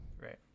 right